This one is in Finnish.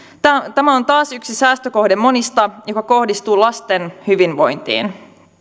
tämä on taas yksi sellainen säästökohde monista joka kohdistuu lasten hyvinvointiin